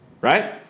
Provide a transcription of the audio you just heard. right